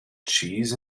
cheese